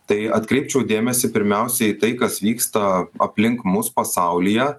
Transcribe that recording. tai atkreipčiau dėmesį pirmiausia į tai kas vyksta aplink mus pasaulyje